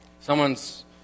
Someone's